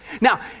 now